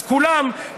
אז כולם,